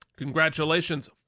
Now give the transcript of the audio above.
Congratulations